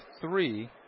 three